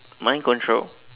mind control